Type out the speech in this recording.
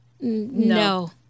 no